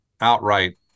outright